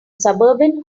suburban